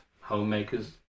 homemakers